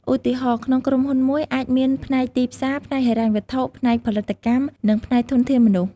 ឧទាហរណ៍ ក្នុងក្រុមហ៊ុនមួយអាចមានផ្នែកទីផ្សារ ផ្នែកហិរញ្ញវត្ថុ ផ្នែកផលិតកម្ម និងផ្នែកធនធានមនុស្ស។